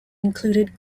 included